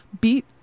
Beat